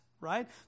right